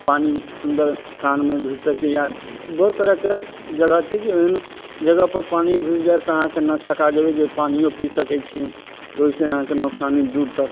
पानि अन्दर कानमे घुसि सकैया बहुत तरहके जगह छै जे एहन जगह पर पानि घुसि जायत तऽ अहाँके नक सका जेबै जे पानियो पी सकैत छियै तऽ ओहिसॅं अहाँके नोकसानी दूर तक